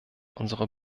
unserer